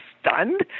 stunned